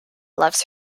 loves